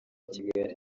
kigali